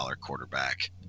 quarterback